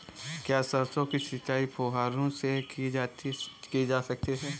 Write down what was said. क्या सरसों की सिंचाई फुब्बारों से की जा सकती है?